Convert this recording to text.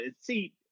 See